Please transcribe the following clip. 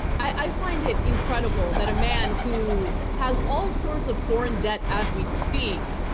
i find it incredible that a man who has all sorts of foreign debt as we speak,